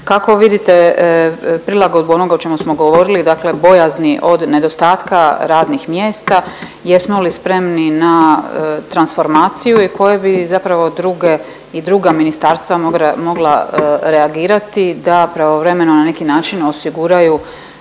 kako vidite prilagodbu onoga o čemu smo govorili, dakle bojazni od nedostatka radnih mjesta? Jesmo li spremni na transformaciju i koje bi zapravo i druga ministarstva mogla reagirati da pravovremeno na neki način osiguraju